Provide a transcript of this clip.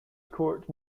court